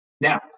Now